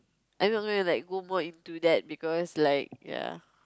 I'm not gonna like go more into that because like ya